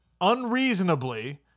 unreasonably